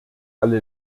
alle